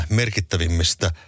merkittävimmistä